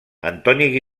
antoni